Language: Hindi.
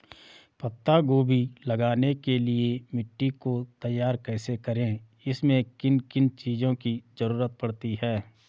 पत्ता गोभी लगाने के लिए मिट्टी को तैयार कैसे करें इसमें किन किन चीज़ों की जरूरत पड़ती है?